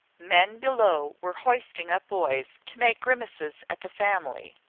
men below were hoisting up boys, to make grimaces at the family,